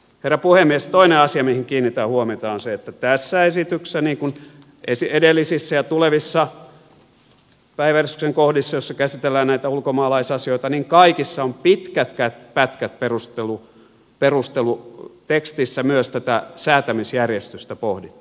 toinen asia mihin kiinnitän huomiota on se että tässä esityksessä niin kuin edellisissä ja tulevissa päiväjärjestyksen kohdissa joissa käsitellään näitä ulkomaalaisasioita kaikissa on pitkät pätkät perustelutekstissä myös tätä säätämisjärjestystä pohdittu